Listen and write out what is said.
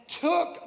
took